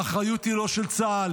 האחריות היא לא של צה"ל,